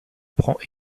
prend